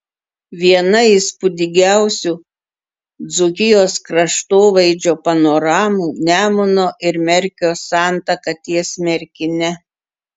viena įspūdingiausių dzūkijos kraštovaizdžio panoramų nemuno ir merkio santaka ties merkine